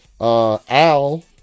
Al